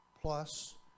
plus